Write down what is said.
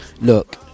look